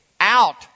out